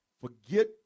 forget